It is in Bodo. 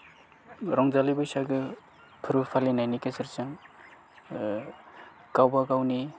रंजालि बैसागो फोरबो फालिनायनि गेजेरजों गावबा गावनि